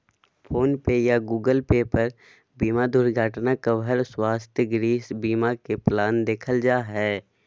phone पे या Google Pay पर बीमा दुर्घटना कवर, स्वास्थ्य, गृह बीमा के प्लान देखल जा हय